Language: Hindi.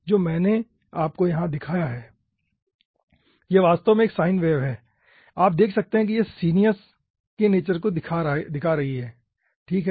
जो मैंने आपको यहां दिखाया है यह वास्तव में एक साइन वेव है आप देख सकते हैं कि यह सीनयस के नेचर को दिखा रही है ठीक है